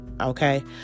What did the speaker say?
okay